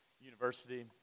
University